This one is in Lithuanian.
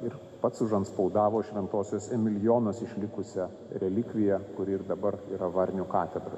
ir pats užantspaudavo šventosios emilijonos išlikusią relikviją kuri ir dabar yra varnių katedroj